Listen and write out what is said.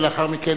ולאחר מכן,